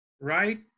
right